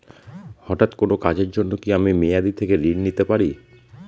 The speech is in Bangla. হঠাৎ কোন কাজের জন্য কি আমি মেয়াদী থেকে ঋণ নিতে পারি?